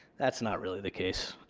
that's not really the case.